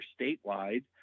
statewide